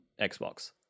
Xbox